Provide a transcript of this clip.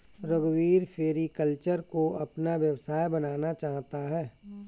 रघुवीर सेरीकल्चर को अपना व्यवसाय बनाना चाहता है